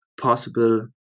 possible